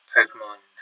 Pokemon